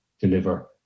deliver